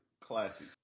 classic